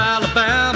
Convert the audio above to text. Alabama